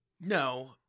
No